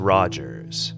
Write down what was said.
Rogers